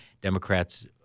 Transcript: Democrats